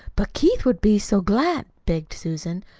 but keith would be so glad begged susan.